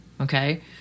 okay